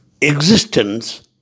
Existence